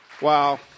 Wow